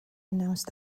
announced